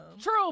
true